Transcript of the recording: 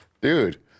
Dude